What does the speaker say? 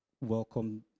welcome